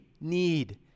need